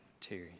Terry